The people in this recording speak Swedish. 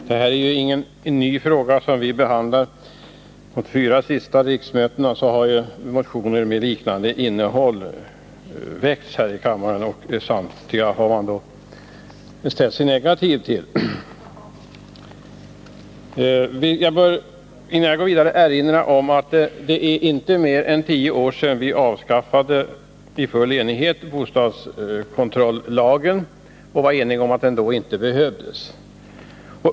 Herr talman! Det är ingen ny fråga som vi nu behandlar. Vid de fyra senaste riksmötena har motioner med liknande innehåll väckts. Samtliga dessa motioner har riksdagen ställt sig negativ till. Innan jag går vidare vill jag erinra om att det inte är mer än tio år sedan vi i full enighet avskaffade bostadsrättskontrollagen. Vi var då alltså eniga om att den inte behövdes.